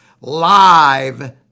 live